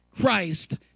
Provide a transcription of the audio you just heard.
Christ